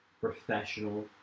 professional